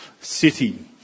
city